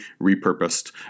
repurposed